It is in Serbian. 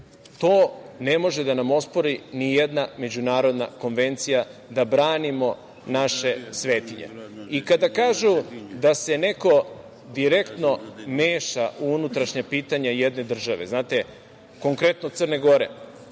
to ne može da nam ospori nijedna međunarodna konvencija da branimo naše svetinje. Kada kažu da se neko direktno meša u unutrašnja pitanja jedne države, konkretno Crne Gore,